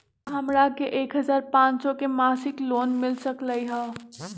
का हमरा के एक हजार पाँच सौ के मासिक लोन मिल सकलई ह?